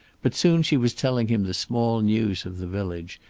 but soon she was telling him the small news of the village,